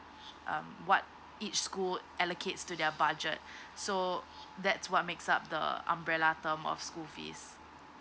um what each school allocates to their budget so that's what makes up the umbrella term of school fees